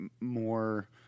more